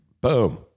boom